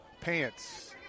pants